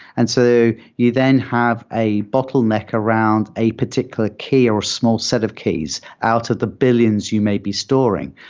and so you then have a bottleneck around a particular key or a small set of keys out of the billions you may be storing.